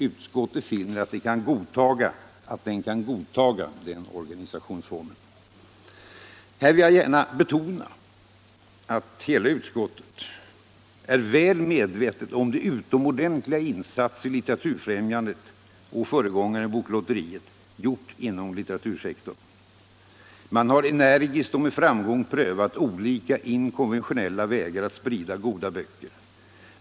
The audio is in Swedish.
Utskottet finner att det ”kan godtaga” denna organisationsform. Här vill jag gärna betona att utskottet är väl medvetet om de utomordentliga insatser Litteraturfrämjandet —- och dess föregångare Boklotteriet — gjort inom litteratursektorn. Man har energiskt cch med framgång prövat olika inkonventionella vägar att sprida goda böcker.